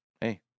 hey